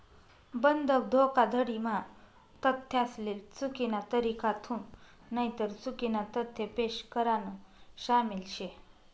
बंधक धोखाधडी म्हा तथ्यासले चुकीना तरीकाथून नईतर चुकीना तथ्य पेश करान शामिल शे